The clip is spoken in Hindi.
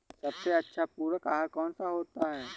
सबसे अच्छा पूरक आहार कौन सा होता है?